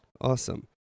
Awesome